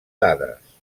dades